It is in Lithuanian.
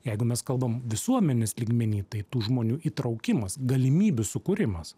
jeigu mes kalbam visuomenės lygmeny tai tų žmonių įtraukimas galimybių sukūrimas